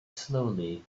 slowly